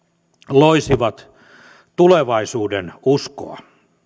loisivat tulevaisuudenuskoa